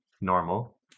normal